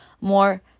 more